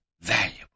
valuable